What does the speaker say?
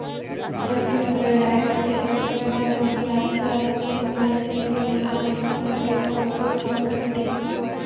छत्तीसगढ़ रायज के बस्तर डहर के आदिवासी मन के लकरी ले बनाल चीज हर देस अउ बिदेस में परसिद्ध हे